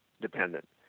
dependent